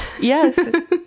yes